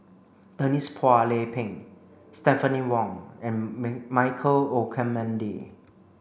Denise Phua Lay Peng Stephanie Wong and Michael Olcomendy